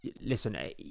listen